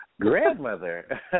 grandmother